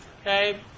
Okay